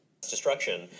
Destruction